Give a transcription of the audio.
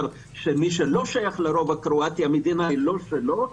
שמי שלא שייך לרוב הקרואטי המדינה היא לא שלו.